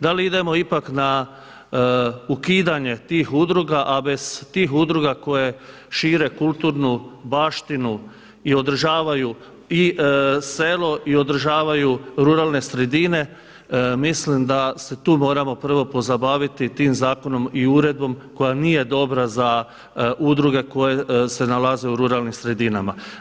Da li idemo ipak na ukidanje tih udruga a bez tih udruga koje šire kulturnu baštinu i održavaju i selo i održavaju ruralne sredine, mislim da se tu moramo prvo pozabaviti tim zakonom i uredbom koja nije dobra za udruge koje se nalaze u ruralnim sredinama.